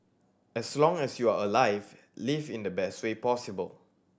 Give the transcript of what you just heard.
as long as you are alive live in the best way possible